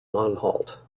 anhalt